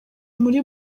muri